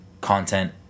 content